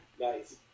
Nice